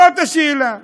זאת השאלה.